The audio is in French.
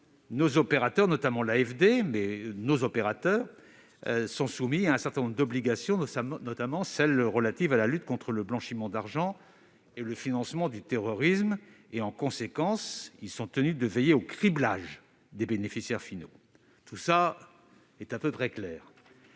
nos opérateurs, notamment l'AFD, sont soumis à un certain nombre d'obligations relatives, par exemple, à la lutte contre le blanchiment d'argent et le financement du terrorisme. En conséquence, ils sont tenus de veiller au criblage des bénéficiaires finaux. Le problème est qu'il